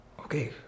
okay